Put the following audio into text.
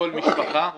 לכל משפחה לדיור.